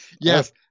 Yes